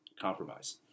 compromise